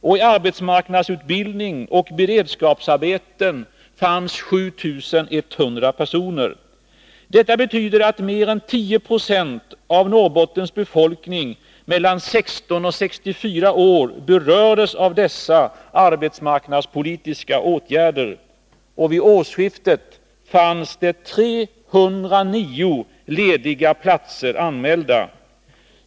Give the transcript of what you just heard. I arbetsmarknadsutbildning och beredskapsarbete fanns 7 100 personer. Det betyder att mer än 10 26 av Norrbottens befolkning mellan 16 och 64 år berördes av dessa arbetsmarknadspolitiska åtgärder. Vid årsskiftet fanns det 309 lediga platser anmälda.